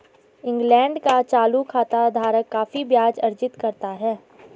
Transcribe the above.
England का चालू खाता धारक काफी ब्याज अर्जित करता है